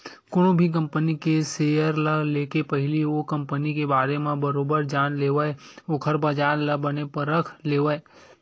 कोनो भी कंपनी के सेयर ल लेके पहिली ओ कंपनी के बारे म बरोबर जान लेवय ओखर बजार ल बने परख लेवय